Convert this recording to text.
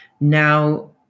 Now